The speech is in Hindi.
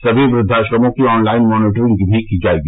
सभी कृद्वाश्रमों की ऑनलाइन मानिटरिंग भी की जायेगी